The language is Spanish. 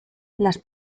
las